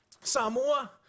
Samoa